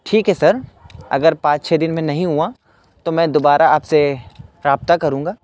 ٹھیک ہے سر اگر پانچ چھ دن میں نہیں ہوا تو میں دوبارہ آپ سے رابطہ کروں گا